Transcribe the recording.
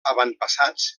avantpassats